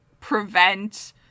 prevent